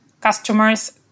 customers